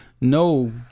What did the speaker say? no